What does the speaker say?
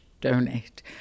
donate